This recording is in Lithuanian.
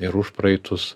ir užpraeitus